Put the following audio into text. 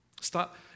Stop